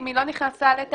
אם היא לא נכנסה לתאגיד,